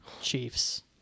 Chiefs